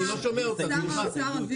מה זה, הבאתם אותי לדיון על החיילים, אדוני?